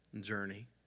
journey